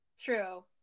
True